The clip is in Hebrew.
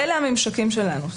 אלה הממשקים שלנו.